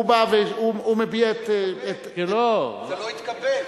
הוא מביע את, זה לא התקבל.